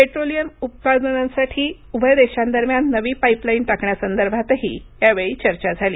petroleum उत्पादनांसाठी उभय देशांदरम्यान नवी पाईपलाईन टाकण्यासंदर्भातही यावेळी चर्चा झाली